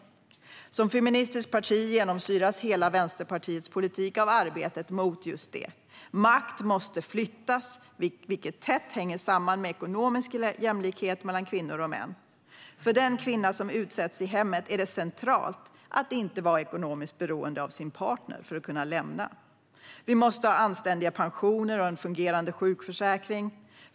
Vänsterpartiet är ett feministiskt parti vars hela politik genomsyras av arbetet mot just detta. Makt måste flyttas, vilket tätt hänger samman med ekonomisk jämlikhet mellan kvinnor och män. För den kvinna som utsätts i hemmet är det centralt att inte vara ekonomiskt beroende av sin partner utan kunna lämna förhållandet. Vi måste ha anständiga pensioner och en fungerande sjukförsäkring.